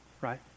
right